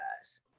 guys